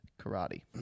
Karate